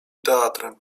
teatrem